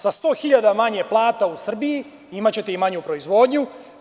Sa 100 hiljada plata u Srbiji, imaćete i manju proizvodnju.